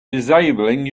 disabling